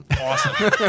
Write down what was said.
awesome